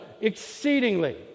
exceedingly